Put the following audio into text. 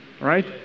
right